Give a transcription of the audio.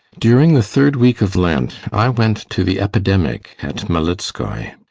during the third week of lent i went to the epidemic at malitskoi.